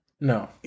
no